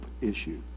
issue